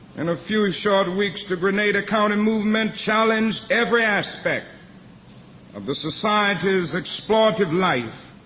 in a few short weeks the grenada county movement challenged every aspect of the society's exploitative life.